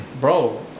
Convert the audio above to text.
bro